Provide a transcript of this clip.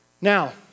Now